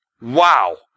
Wow